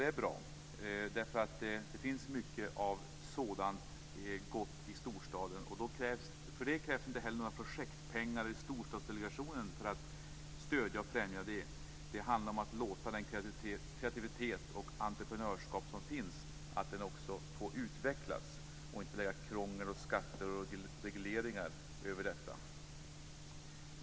Det är bra, därför att det finns mycket av sådant gott i storstaden. Det krävs inte heller några projektpengar eller storstadsdelegationer för att stödja och främja det. Det handlar om att låta den kreativitet och det entreprenörskap som finns få utvecklas och inte lägga krångel, skatter och regleringar över detta.